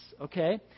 okay